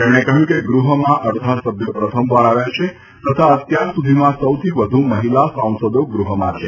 તેમણે કહ્યું કે ગૃહમાં અડધા સભ્યો પ્રથમવાર આવ્યા છે તથા અત્યાર સુધીમાં સૌથી વધુ મહિલા સાંસદો ગૃહમાં છે